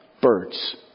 Birds